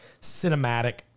cinematic